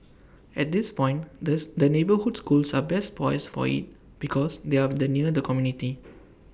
at this point this the neighbourhood schools are best poised for IT because they are of the near the community